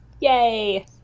Yay